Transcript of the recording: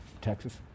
Texas